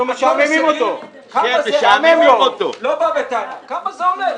הכול הישגים, לא בא בטענה, כמה זה עולה?